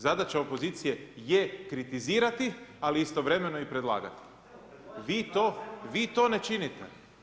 Zadaća opozicije je kritizirati, ali istovremeno i predlagati. ... [[Upadica: ne čuje se.]] Vi to ne činite.